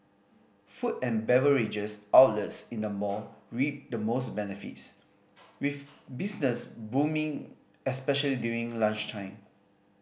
food and beverages outlets in the mall reaped the most benefits with business booming especially during lunchtime